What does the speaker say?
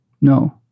no